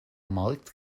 markt